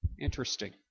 Interesting